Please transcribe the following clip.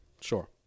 Sure